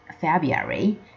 February